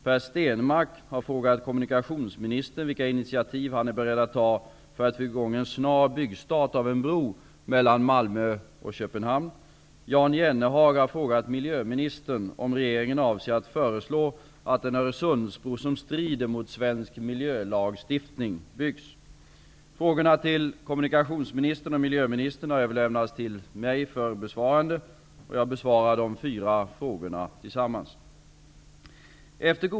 Per Stenmarck har frågat kommunikationsministern vilka initiativ han är beredd att ta för att få i gång en snar byggstart av en bro mellan Malmö och Köpenhamn. Jan Jennehag har frågat miljöministern om regeringen avser att föreslå att en Öresundsbro som strider mot svensk miljölagstiftning byggs. Frågorna till kommunikationsministern och miljöministern har överlämnats till mig för besvarande. Jag besvarar de fyra frågorna tillsammans.